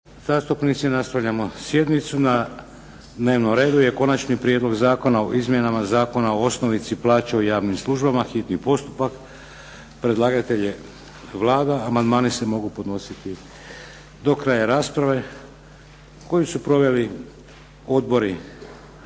zastupnici, nastavljamo sjednicu. Na dnevnom redu je - Konačni prijedlog zakona o izmjenama Zakona o osnovici plaće u javnim službama, hitni postupak, prvo i drugo čitanje, P.Z. br. 425 Predlagatelj je Vlada. Amandmani se mogu podnositi do kraja rasprave koju su proveli Odbori